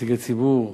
ונציגי ציבור,